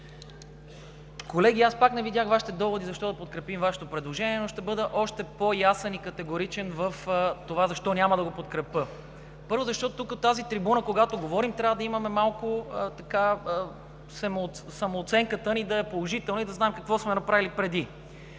Колеги, пак не видях Вашите доводи защо да подкрепим Вашето предложение, но ще бъда още по-ясен и категоричен в това защо няма да го подкрепя. Първо, защото тук от тази трибуна, когато говорим, трябва самооценката ни да е положителна и да знаем какво сме направили, преди.